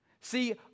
See